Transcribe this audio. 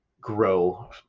grow